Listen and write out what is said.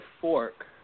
fork